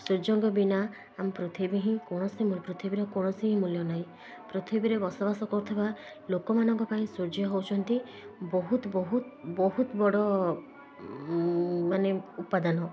ସୂର୍ଯ୍ୟଙ୍କ ବିନା ଆମ ପୃଥିବୀ ହିଁ କୌଣସି ମୂ ପୃଥିବୀର କୌଣସି ହିଁ ମୂଲ୍ୟ ନାହିଁ ପୃଥିବୀରେ ବସବାସ କରୁଥିବା ଲୋକମାନଙ୍କ ପାଇଁ ସୂର୍ଯ୍ୟ ହେଉଛନ୍ତି ବହୁତ ବହୁତ ବହୁତ ବଡ଼ ମାନେ ଉପାଦାନ